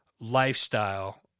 lifestyle